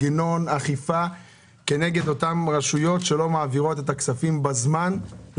אחר כך שואל מה הם עשו כל הזמן הזה,